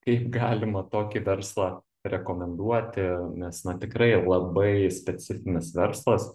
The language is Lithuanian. kaip galima tokį verslą rekomenduoti nes na tikrai labai specifinis verslas